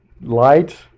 light